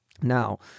now